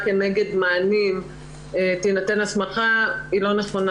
כנגד מענים תינתן הסמכה היא לא נכונה.